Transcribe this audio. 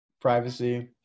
privacy